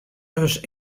dus